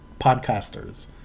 podcasters